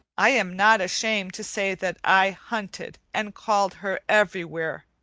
i am not ashamed to say that i hunted and called her everywhere,